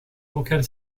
qualquer